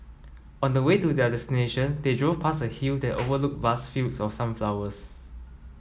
on the way to their destination they drove past a hill that overlooked vast fields of sunflowers